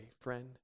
friend